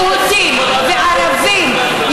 יהודים וערבים,